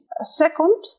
Second